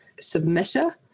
submitter